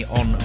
on